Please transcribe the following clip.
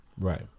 Right